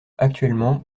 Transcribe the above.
actuellement